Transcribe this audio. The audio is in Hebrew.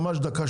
ממש דקה,